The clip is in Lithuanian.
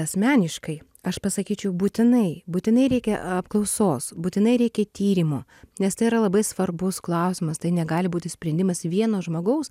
asmeniškai aš pasakyčiau būtinai būtinai reikia apklausos būtinai reikia tyrimo nes tai yra labai svarbus klausimas tai negali būti sprendimas vieno žmogaus